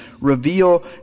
reveal